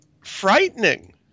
frightening